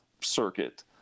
circuit